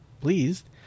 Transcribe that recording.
pleased